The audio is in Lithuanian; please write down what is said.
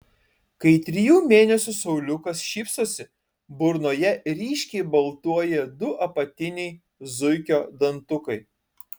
kai trijų mėnesių sauliukas šypsosi burnoje ryškiai baltuoja du apatiniai zuikio dantukai